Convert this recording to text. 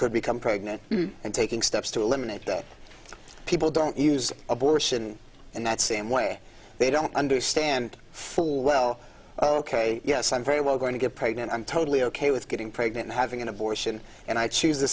could become pregnant and taking steps to eliminate that people don't use abortion in that same way they don't understand full well ok yes i'm very well going to get pregnant i'm totally ok with getting pregnant having an abortion and i choose t